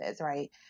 right